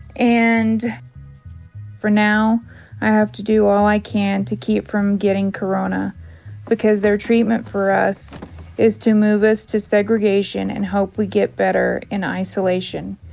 and for now i have to do all i can to keep from getting corona because their treatment for us is to move us to segregation and hope we get better in isolation.